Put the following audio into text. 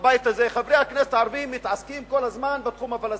בבית הזה: חברי הכנסת הערבים מתעסקים כל הזמן בתחום הפלסטיני,